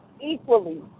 equally